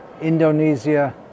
Indonesia